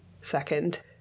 Second